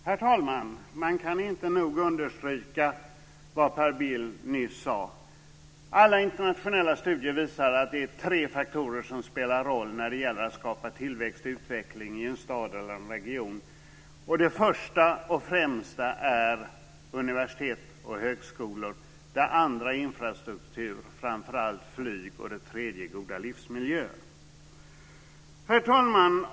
Herr talman! Man kan inte nog understryka det som Per Bill nyss sade. Alla internationella studier visar att det är tre faktorer som spelar roll när det gäller att skapa tillväxt och utveckling i en stad eller en region. Den första och främsta är universitet och högskolor. Den andra är infrastruktur, framför allt flyg. Den tredje är goda livsmiljöer. Herr talman!